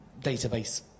database